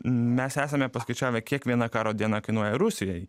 mes esame paskaičiavę kiek viena karo diena kainuoja rusijai